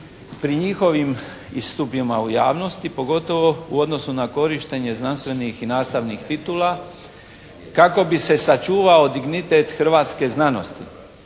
pri njihovim istupima u javnosti pogotovo u odnosu na korištenje znanstvenih i nastavnih titula kako bi se sačuvao dignitet hrvatske znanosti.